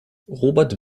robert